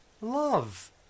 love